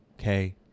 Okay